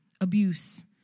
abuse